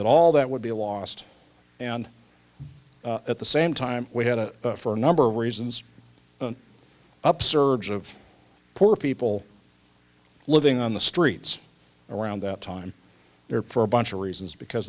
that all that would be lost and at the same time we had a for a number of reasons an upsurge of poor people living on the streets around that time for a bunch of reasons because